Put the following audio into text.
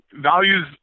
values